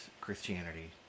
Christianity